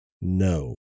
No